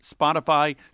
Spotify